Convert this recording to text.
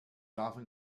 often